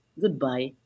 Goodbye